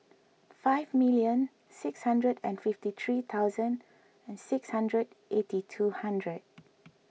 five million six hundred and fifty three thousand and six hundred eighty two hundred